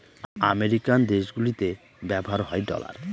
American দেশগুলিতে ব্যবহার হয় ডলার